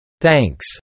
Thanks